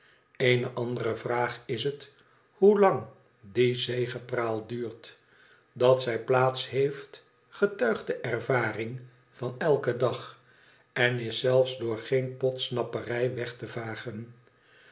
ene andere vraag is het hoelang die zegepraal duurt dat zij plaats heeft getuigt de ervaring van eiken dag en is zelfs door geen podsnapperij weg te vagen